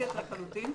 לחלוטין.